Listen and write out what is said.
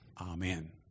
Amen